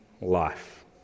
life